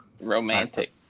Romantic